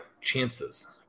chances